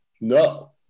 No